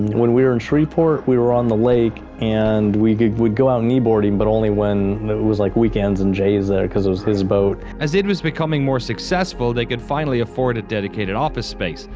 when we were in treeport we were on the lake and we would go ah knee boarding, but only when it was like weekends and jay was there, cause it was his boat. as it was becoming more successful they could finally afford a dedicated office space.